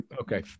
Okay